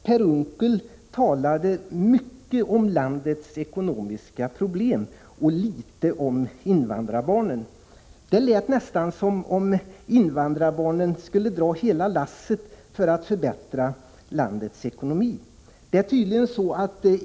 Per Unckel talade mycket om landets ekonomiska problem och litet om invandrarbarnen. Det lät nästan som om invandrarbarnen skulle dra hela lasset när det gäller att förbättra landets ekonomi.